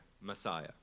Messiah